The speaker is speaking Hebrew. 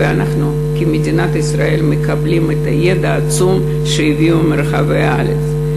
ואנחנו במדינת ישראל מקבלים את הידע העצום שמביאים מרחבי הארץ.